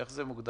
איך זה מוגדר?